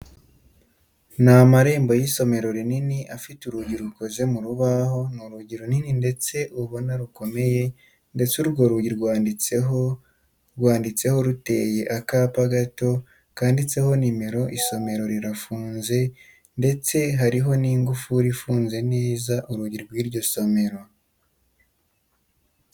Ni amarembo y'isomero rinini, afite urugi rukoze mu rubaho, ni urugi rununi ndetse ubona rukomeye ndetse urwo rugi rwanditseho rwanditseho ruteyo akapa gato, kanditseho nimero, isomero rirafunze ndetse hariho n'ingufuri ifunze neza urugi rwiryo somero.